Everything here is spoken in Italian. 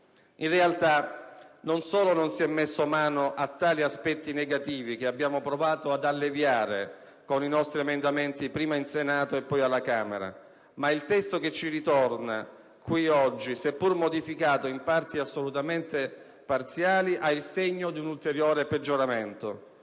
In realtà, non solo non si è messo mano a tali aspetti negativi, che abbiamo provato ad alleviare con i nostri emendamenti, prima in Senato e poi alla Camera, ma il testo che torna qui oggi, seppur modificato in punti assolutamente parziali, ha il segno di un ulteriore peggioramento.